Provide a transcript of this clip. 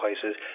places